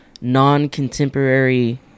non-contemporary